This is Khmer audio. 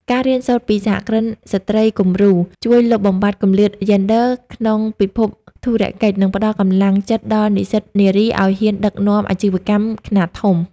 ការរៀនសូត្រពី "សហគ្រិនស្ត្រីគំរូ" ជួយលុបបំបាត់គម្លាតយេនឌ័រក្នុងពិភពធុរកិច្ច និងផ្ដល់កម្លាំងចិត្តដល់និស្សិតនារីឱ្យហ៊ានដឹកនាំអាជីវកម្មខ្នាតធំ។